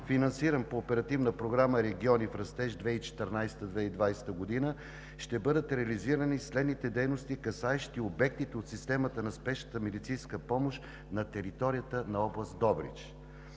финансиран по Оперативна програма „Региони в растеж“ 2014 – 2020 г., ще бъдат реализирани следните дейности, касаещи обектите от системата на спешната медицинска помощ на територията на област Добрич: